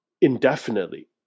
indefinitely